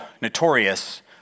notorious